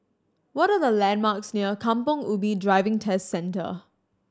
what are the landmarks near Kampong Ubi Driving Test Centre